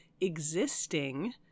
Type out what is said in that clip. existing